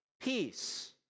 peace